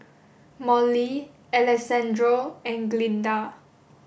Mollie Alexandro and Glynda